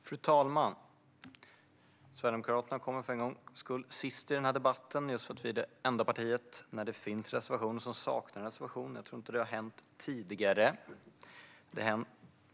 Fru talman! Sverigedemokraterna kommer för en gångs skull sist i debatten just för att vi är det enda partiet som, när det finns reservationer, saknar reservation. Jag tror inte att det har hänt tidigare.